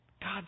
God